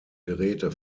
geräte